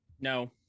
No